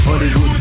Hollywood